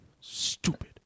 Stupid